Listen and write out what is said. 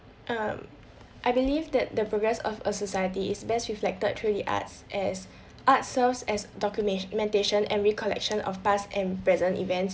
um I believe that the progress of a society is best reflected through the arts as art serves as docume~ ~mentation and recollection of past and present events